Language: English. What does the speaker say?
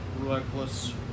reckless